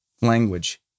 language